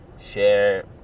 Share